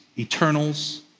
eternals